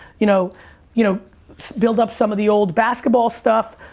you know you know build up some of the old basketball stuff.